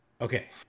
okay